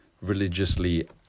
religiously